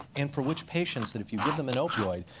and for which patients that if you give them an opioid,